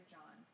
John